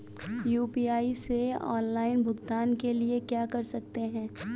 UPI से offline भुगतान के लिए क्या कर सकते हैं?